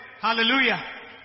Hallelujah